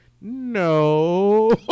no